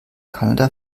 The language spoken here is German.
kanada